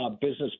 business